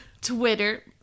Twitter